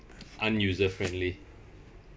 un-user friendly